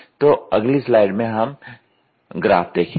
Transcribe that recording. तो अगली स्लाइड में हम ग्राफ देखेंगे